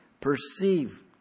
perceive